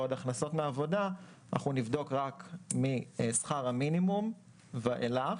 בעוד הכנסות מעבודה אנחנו נבדוק רק משכר המינימום ואילך,